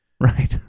Right